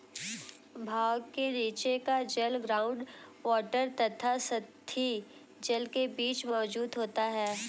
बहाव के नीचे का जल ग्राउंड वॉटर तथा सतही जल के बीच मौजूद होता है